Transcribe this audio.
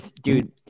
dude